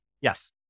Yes